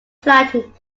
applied